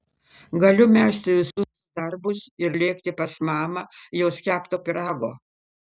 galiu mesti visus darbus ir lėkti pas mamą jos kepto pyrago